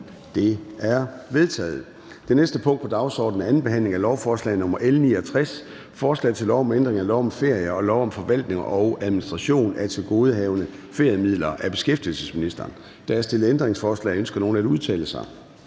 Det er vedtaget. --- Det næste punkt på dagsordenen er: 8) 2. behandling af lovforslag nr. L 69: Forslag til lov om ændring af lov om ferie og lov om forvaltning og administration af tilgodehavende feriemidler. (Genindførelse af bagatelgrænser for udbetaling